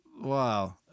Wow